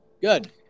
Good